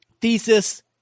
Thesis